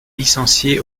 licenciée